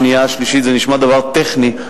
שנייה ושלישית זה נשמע דבר טכני.